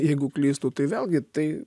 jeigu klystu tai vėlgi tai